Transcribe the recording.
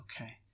Okay